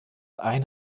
eine